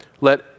let